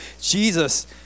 jesus